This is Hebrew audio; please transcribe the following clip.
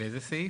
באיזה סעיף?